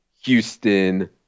Houston